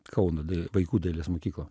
kauno vaikų dailės mokyklą